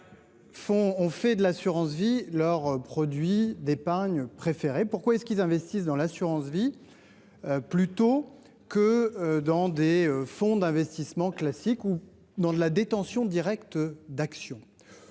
on fait de l'assurance vie leur produit d'épargne préféré. Pourquoi est-ce qu'ils investissent dans l'assurance-vie. Plutôt que dans des fonds d'investissements classiques ou non de la détention directe d'actions.